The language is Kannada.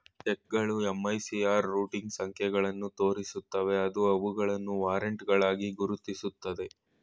ಚೆಕ್ಗಳು ಎಂ.ಐ.ಸಿ.ಆರ್ ರೂಟಿಂಗ್ ಸಂಖ್ಯೆಗಳನ್ನು ತೋರಿಸುತ್ತವೆ ಅದು ಅವುಗಳನ್ನು ವಾರೆಂಟ್ಗಳಾಗಿ ಗುರುತಿಸುತ್ತದೆ